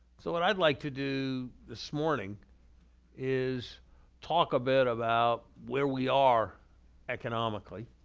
so what i'd like to do this morning is talk a bit about where we are economically,